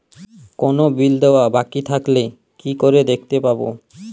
কোনো বিল দেওয়া বাকী থাকলে কি করে দেখতে পাবো?